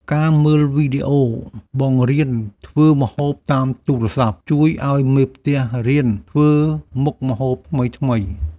ការមើលវីដេអូបង្រៀនធ្វើម្ហូបតាមទូរស័ព្ទ ជួយឱ្យមេផ្ទះរៀនធ្វើមុខម្ហូបថ្មីៗ។